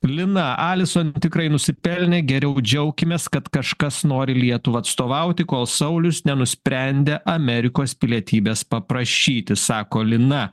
lina alison tikrai nusipelnė geriau džiaukimės kad kažkas nori lietuvą atstovauti kol saulius nenusprendė amerikos pilietybės paprašyti sako lina